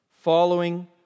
following